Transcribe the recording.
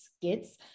skits